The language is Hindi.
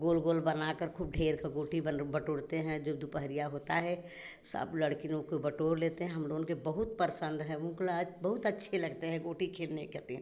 गोल गोल बनाकर खूब ढेर का गोटी बटोरते हैं जब दोपहर होता है सब लड़की लोग को बटोर लेते हैं हम लोगों के बहुत परेशान रहें बहुत अच्छे लगते हैं गोटी खेलने का दिन